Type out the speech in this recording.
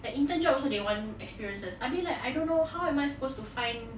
the intern job also they want experiences I mean like I don't know how am I supposed to find